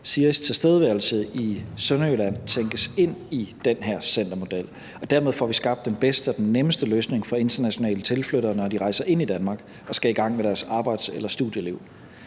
SIRI's tilstedeværelse i Sønderjylland tænkes ind i den her centermodel, og dermed får vi skabt den bedste og den nemmeste løsning for internationale tilflyttere, når de rejser ind i Danmark og skal i gang med deres arbejds- eller studieliv.